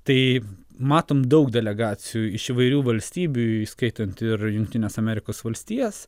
tai matom daug delegacijų iš įvairių valstybių įskaitant ir jungtines amerikos valstijas